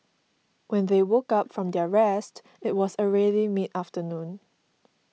when they woke up from their rest it was already mid afternoon